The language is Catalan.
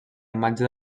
imatge